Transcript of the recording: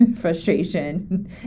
frustration